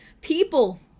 people